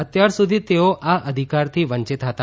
અત્યાર સુધી તેઓ આ અધિકારથી વંચિત હતા